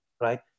right